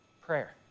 prayer